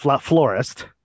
florist